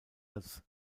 als